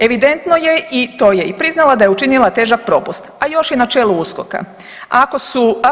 Evidentno je i to je i priznala da je učinila težak propust, a još je na čelu USKOK-a.